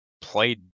played